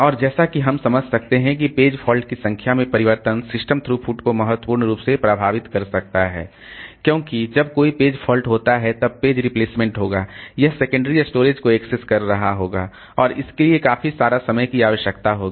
और जैसा कि हम समझ सकते हैं कि पेज फॉल्ट की संख्या में परिवर्तन सिस्टम थ्रूपुट को महत्वपूर्ण रूप से प्रभावित कर सकता है क्योंकि जब कोई पेज फॉल्ट होता है तब पेज रिप्लेसमेंट होगा यह सेकेंडरी स्टोरेज को एक्सेस कर रहा होगा और इसलिए इसके लिए काफी सारा समय की आवश्यकता होगी